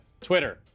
Twitter